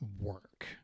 work